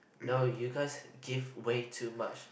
no you guys give way too much